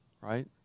right